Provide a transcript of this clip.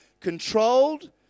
Controlled